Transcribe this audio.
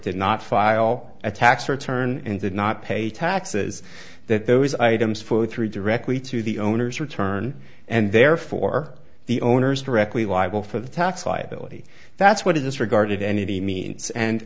did not file a tax return and did not pay taxes that those items food through directly to the owner's return and therefore the owners directly liable for the tax liability that's what it is regarded any means and